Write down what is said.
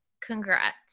Congrats